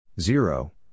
Zero